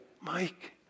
Mike